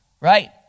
Right